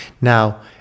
Now